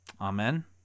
Amen